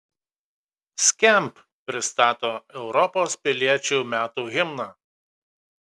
skamp pristato europos piliečių metų himną